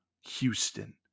Houston